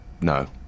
No